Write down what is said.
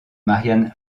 marianne